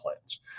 plans